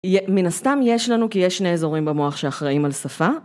מן הסתם יש לנו כי יש שני אזורים במוח שאחראים על שפה